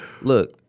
look